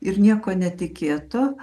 ir nieko netikėto